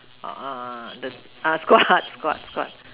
uh the uh squat squat squat